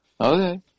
Okay